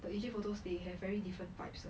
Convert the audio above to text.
the egypt photos they have very different vibes lah